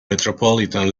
metropolitan